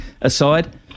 aside